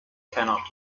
cannot